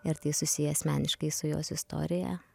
ir tai susiję asmeniškai su jos istorija